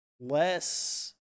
less